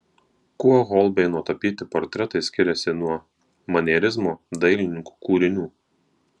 kuo holbeino tapyti portretai skiriasi nuo manierizmo dailininkų kūrinių